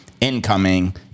incoming